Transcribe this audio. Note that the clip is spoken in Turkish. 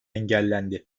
engellendi